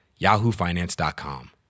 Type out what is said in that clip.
yahoofinance.com